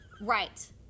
Right